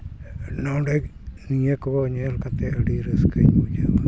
ᱱᱚᱰᱮ ᱱᱤᱭᱟᱹ ᱠᱚ ᱧᱮᱞ ᱠᱟᱛᱮᱫ ᱟᱹᱰᱤ ᱨᱟᱹᱥᱠᱟᱹᱧ ᱵᱩᱡᱷᱟᱹᱣᱟ